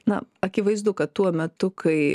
na akivaizdu kad tuo metu kai